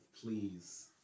please